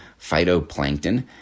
phytoplankton